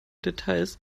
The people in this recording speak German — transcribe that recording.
details